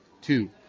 Two